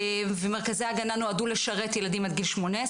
מרכזי ההגנה נועדו לשרת ילדים עד גיל 18,